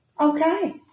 Okay